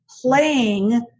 Playing